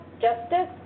justice